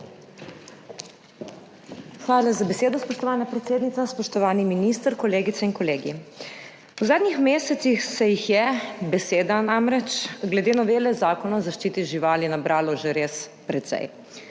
Hvala za besedo, spoštovana predsednica. Spoštovani minister, kolegice in kolegi! V zadnjih mesecih se jih je, besed namreč, glede novele Zakona o zaščiti živali nabralo že res precej.